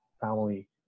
family